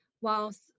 whilst